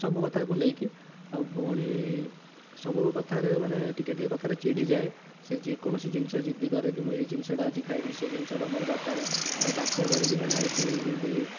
ସବୁ କଥାକୁ ନେଇକି ଆଉ ଭଉଣୀ ସବୁ କଥାରେ ମାନେ ଟିକେ ଟିକେ କଥାରେ ଚିଡ଼ି ଯାଏ ସେ ଯେକୌଣସି ଜିନିଷ ଜିଦି କରେ କି ମୁଁ ଏହି ଜିନିଷଟା ଆଜି ଖାଇବି ସେ ଜିନିଷ ଟା ମୋର ଦରକାର ତାକୁ ବାଧ୍ୟ କରିକି ମାନେ ହଉଛି ଯେମିତି ଦେବା କଥା